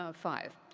ah five,